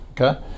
Okay